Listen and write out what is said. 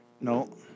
No